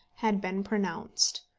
had been pronounced.